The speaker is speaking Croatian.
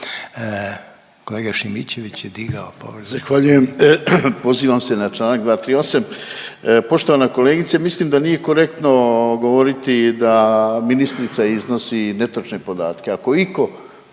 Kolega Šimičević je digao povredu